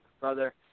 brother